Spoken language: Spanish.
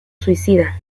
suicida